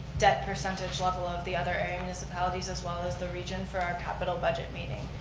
debt percentage level of the other area municipalities as well as the region for our capital budget meeting.